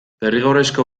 derrigorrezko